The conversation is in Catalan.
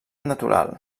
natural